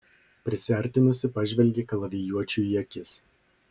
prisiartinusi pažvelgė kalavijuočiui į akis